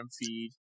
feed